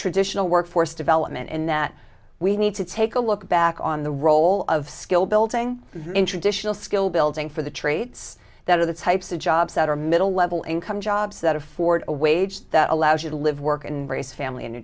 traditional workforce development in that we need to take a look back on the role of skill building in traditional skill building for the traits that are the types of jobs that are middle level income jobs that afford a wage that allows you to live work and raise family in new